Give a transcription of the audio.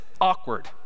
awkward